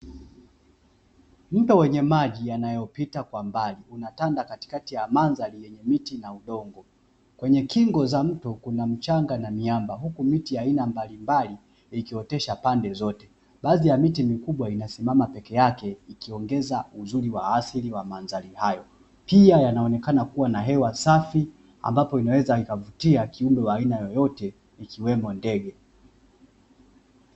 Mto wenye maji yanayopita kwa mbali unatanda katikati ya mandhari yenye miti na udongo, kwenye kingo za mto kuna mchanga na miamba huku miti ya aina mbalimbali ikiotesha pande zote baadhi ya miti mikubwa inasimama peke yake ikiongeza uzuri wa asili wa mandari hayo, pia yanaonekana kuwa na hewa safi ambapo inaweza ikavutia kiumbe wa aina yoyote ikiwemo ndege.